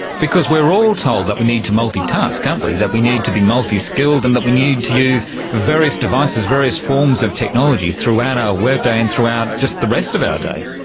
because we are all told that we need to multitask, aren't um we, that we need to be multiskilled, and that we need to use various devices, various forms of technology throughout our work day and throughout just the rest of our day.